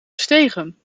gestegen